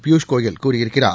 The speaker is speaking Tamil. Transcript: பியூஷ் கோயல் கூறியிருக்கிறார்